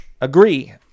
agree